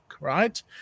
right